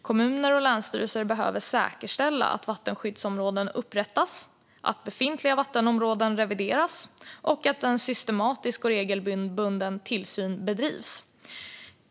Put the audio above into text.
Kommuner och länsstyrelser behöver säkerställa att vattenskyddsområden upprättas, att befintliga vattenområden revideras och att en systematisk och regelbunden tillsyn bedrivs.